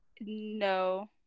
No